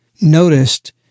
noticed